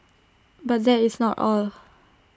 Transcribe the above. but that is not all